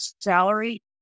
salary